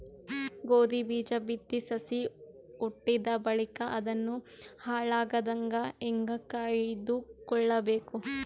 ಗೋಧಿ ಬೀಜ ಬಿತ್ತಿ ಸಸಿ ಹುಟ್ಟಿದ ಬಳಿಕ ಅದನ್ನು ಹಾಳಾಗದಂಗ ಹೇಂಗ ಕಾಯ್ದುಕೊಳಬೇಕು?